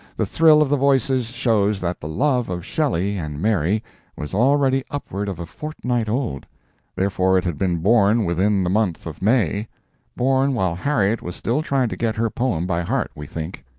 the thrill of the voices shows that the love of shelley and mary was already upward of a fortnight old therefore it had been born within the month of may born while harriet was still trying to get her poem by heart, we think.